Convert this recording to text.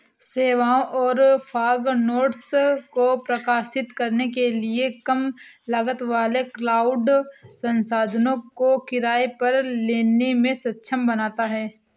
सेवाओं और fog nodes को प्रकाशित करने के लिए कम लागत वाले क्लाउड संसाधनों को किराए पर लेने में सक्षम बनाता है